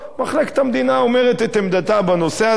מחלקת המדינה אומרת את עמדתה בנושא הזה,